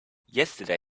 yesterday